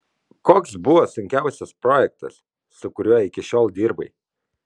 koks buvo sunkiausias projektas su kuriuo iki šiol dirbai